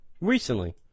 Recently